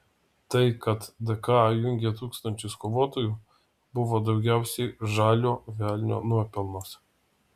tai kad dka jungė tūkstančius kovotojų buvo daugiausiai žalio velnio nuopelnas